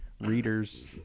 Reader's